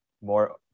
more